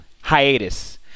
hiatus